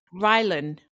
rylan